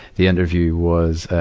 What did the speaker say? the interview was,